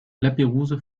lapeyrouse